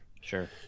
Sure